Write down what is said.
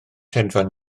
hedfan